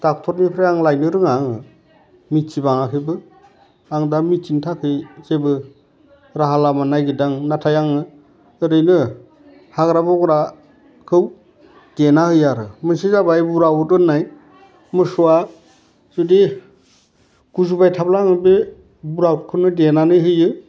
डाक्टरनिफ्राइ आं लायनो रोङा आं मिथिबाङाखैबो आं दा मिथिनो थाखै जेबो राहा लामा नागिरदां नाथाय आङो ओरैनो हाग्रा बंग्राखौ देना होयो आरो मोनसे जाबाय उराउद होनाय मोसौआ जुदि गुजुबाय थाब्ला बे उराउदखौनो देनानै होयो